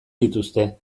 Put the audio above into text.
dituzte